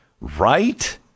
Right